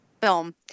film